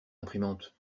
imprimante